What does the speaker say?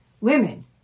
women